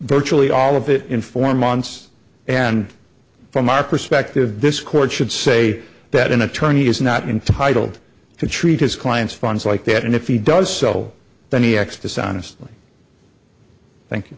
virtually all of it in four months and from our perspective this court should say that an attorney is not entitled to treat his clients funds like that and if he does sell then he acts dishonest thank